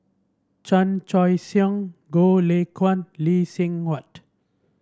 Chan Choy Siong Goh Lay Kuan Lee Seng Huat